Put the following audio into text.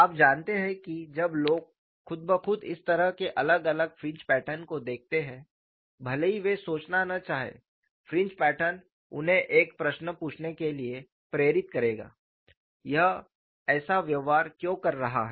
आप जानते हैं कि जब लोग खुद ब खुद इस तरह के अलग अलग फ्रिंज पैटर्न को देखते हैं भले ही वे सोचना न चाहें फ्रिंज पैटर्न उन्हें एक प्रश्न पूछने के लिए प्रेरित करेगा यह ऐसा व्यवहार क्यों कर रहा है